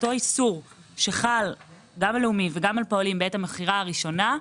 אותו איסור שחל גם על לאומי וגם על פועלים בעת המכירה הראשונה,